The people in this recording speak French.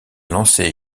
lancé